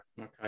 Okay